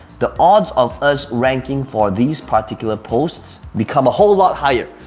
the odds of us ranking for these particular posts become a whole lot higher.